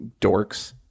dorks